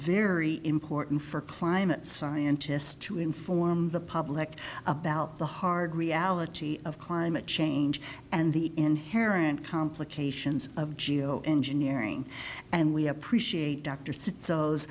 very important for climate scientists to inform the public about the hard reality of climate change and the inherent complications of geo engineering and we appreciate dr